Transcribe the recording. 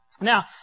Now